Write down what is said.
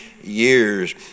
years